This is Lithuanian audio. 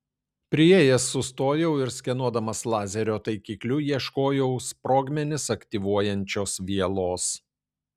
priėjęs sustojau ir skenuodamas lazerio taikikliu ieškojau sprogmenis aktyvuojančios vielos